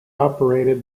operated